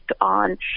on